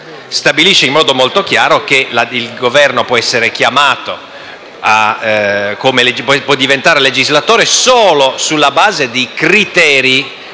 stabilisce in modo molto chiaro che il Governo può diventare legislatore solo sulla base di criteri